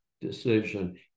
decision